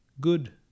good